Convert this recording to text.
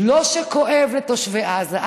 לא כשכואב לתושבי עזה.